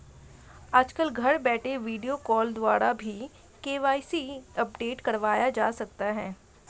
आजकल घर बैठे वीडियो कॉल द्वारा भी के.वाई.सी अपडेट करवाया जा सकता है